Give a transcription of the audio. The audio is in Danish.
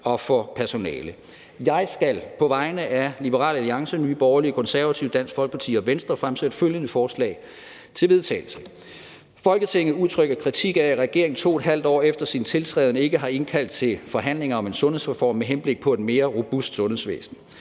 og for personalet. Jeg skal på vegne af Liberal Alliance, Nye Borgerlige, Konservative, Dansk Folkeparti og Venstre fremsætte følgende: Forslag til vedtagelse »Folketinget udtrykker kritik af, at regeringen 2½ år efter sin tiltræden ikke har indkaldt til forhandlinger om en sundhedsreform m.h.p. et mere robust sundhedsvæsen.